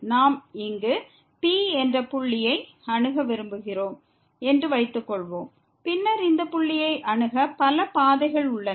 நாம் இங்கு P என்ற புள்ளியை அணுக விரும்புகிறோம் என்று வைத்துக் கொள்வோம் பின்னர் இந்த புள்ளியை அணுக பல பாதைகள் உள்ளன